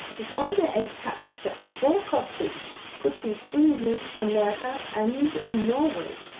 if all their eggs hatched, just four codfish could feed england, america, and norway.